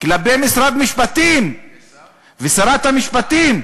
כלפי משרד המשפטים ושרת המשפטים.